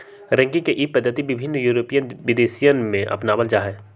ranching के ई पद्धति विभिन्न यूरोपीयन देशवन में अपनावल जाहई